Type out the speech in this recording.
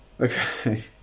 Okay